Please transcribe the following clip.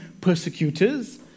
persecutors